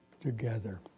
together